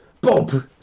Bob